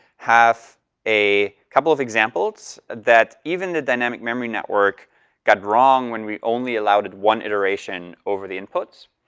have a couple of examples that even the dynamic memory network got wrong when we only allowed it one iteration over the inputs.